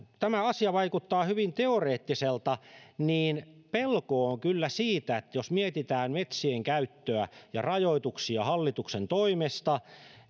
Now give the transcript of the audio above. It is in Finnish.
tämä asia vaikuttaa hyvin teoreettiselta niin pelko on kyllä siitä jos mietitään metsien käyttöä ja rajoituksia hallituksen toimesta että